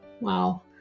wow